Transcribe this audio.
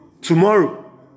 tomorrow